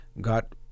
got